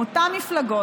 עם אותן מפלגות,